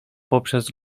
poprzez